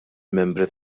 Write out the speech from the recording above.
membri